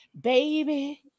Baby